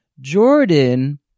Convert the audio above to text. Jordan